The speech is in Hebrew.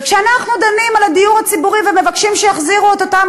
וכשאנחנו דנים על הדיור הציבורי ומבקשים שיחזירו את אותם